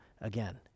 again